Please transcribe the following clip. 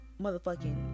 motherfucking